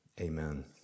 Amen